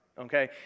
Okay